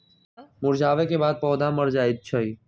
मुरझावे के बाद पौधा मर जाई छई